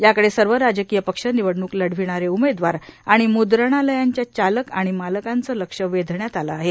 याकडे सर्व राजकीय पक्ष निवडणूक लढविणारे उमेदवार आणि मुद्रणालयांच्या चालक आणि मालकाचे लक्ष वेधण्यात आले आहे